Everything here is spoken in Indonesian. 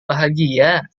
bahagia